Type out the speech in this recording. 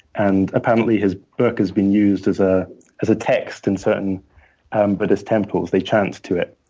and apparently, his book has been used as ah as a text in certain um buddhist temples. they chant to it.